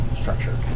structure